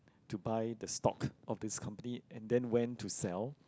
to buy the stock of this company and then when to sell